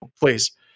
please